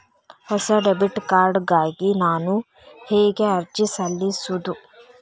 ಹೊಸ debit card ಗಾಗಿ ನಾನು ಹೇಗೆ ಅರ್ಜಿ ಸಲ್ಲಿಸುವುದು?